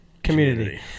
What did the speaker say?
Community